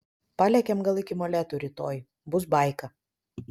palekiam gal iki molėtų rytoj bus baika